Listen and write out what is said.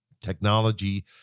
technology